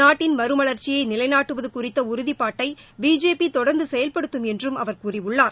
நாட்டின் மறுமலர்ச்சியை நிலைநாட்டுவது குறித்த உறுதிப்பாட்டை பிஜேபி தொடர்ந்து செயல்படுத்தும் என்றும் அவர் கூறியுள்ளார்